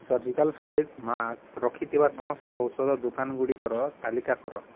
surgical face mask ରଖିଥିବା ସମସ୍ତ ଔଷଧ ଦୋକାନଗୁଡ଼ିକର ତାଲିକା କର